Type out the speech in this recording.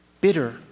bitter